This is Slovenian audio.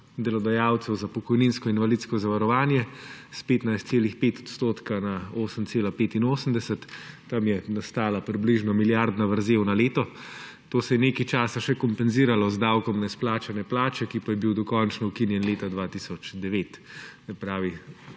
delodajalcev za pokojninsko in invalidsko zavarovanje s 15,5 % na 8,85 %, tam je nastala približno milijardna vrzel na leto. To se je nekaj časa še kompenziralo z davkom na izplačane plače, ki pa je bil dokončno ukinjen leta 2009,